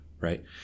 right